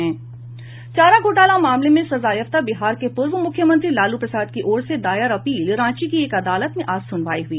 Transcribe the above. चारा घोटाला मामले में सजायाफ्ता बिहार के पूर्व मुख्यमंत्री लालू प्रसाद की ओर से दायर अपील रांची की एक अदालत में आज सुनवाई हुई